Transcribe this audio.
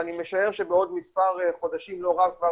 ואני משער שבעוד מספר חודשים לא רב כבר